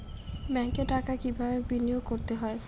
ব্যাংকে টাকা কিভাবে বিনোয়োগ করতে হয়?